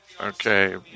Okay